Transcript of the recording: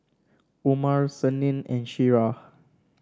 Umar Senin and Syirah